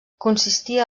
consistia